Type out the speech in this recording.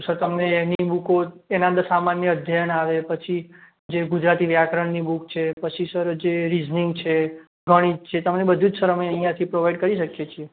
sir તમને એની બૂકો એના અંદર સામાન્ય અધ્યયન આવે પછી જે ગુજરાતી વ્યાકરણની બુક છે પછી સર જે રીજ્નીગ છે ગણિત છે તમને બધું સર અમે અહીંયાથી જ પ્રોવાઇડ કરી શકીએ છીએ